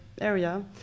area